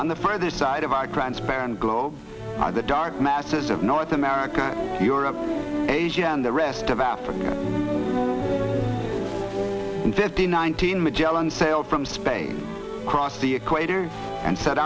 the further side of our transparent globe the dark masses of north america europe asia and the rest of africa fifty nine thousand magellan sailed from space across the equator and set